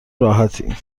راحتی